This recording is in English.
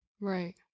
Right